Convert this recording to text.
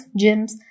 gyms